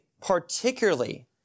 particularly